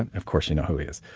and of course, you know who he is.